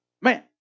Man